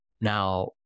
Now